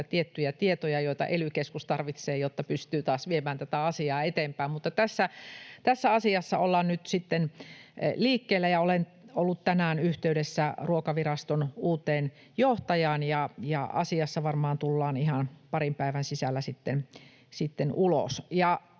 tiettyjä tietoja, joita ely-keskus tarvitsee, jotta pystyy taas viemään tätä asiaa eteenpäin. Mutta tässä asiassa ollaan nyt sitten liikkeellä, ja olen ollut tänään yhteydessä Ruokaviraston uuteen johtajaan, ja asiassa varmaan tullaan ihan parin päivän sisällä